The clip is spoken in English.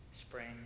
Spring